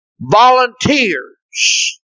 Volunteers